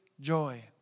joy